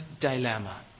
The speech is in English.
dilemma